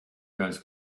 goes